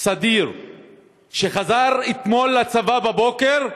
סדיר שחזר אתמול בבוקר לצבא,